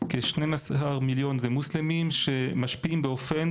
כ-12 מיליון הם מוסלמים שמשפיעים באופן